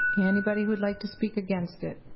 anybody who would like to speak against it?